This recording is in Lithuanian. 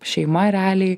šeima realiai